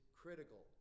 critical